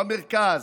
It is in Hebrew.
במרכז,